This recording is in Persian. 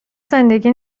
زندگی